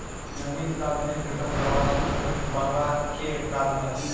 नियमित काज नै भेटब प्रवासी श्रमिक बनबा के कारण अछि